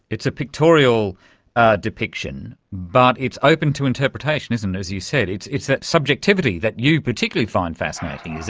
it's a pictorial depiction, but it's open to interpretation, isn't it, as you said, it's it's that subjectivity that you particularly find fascinating,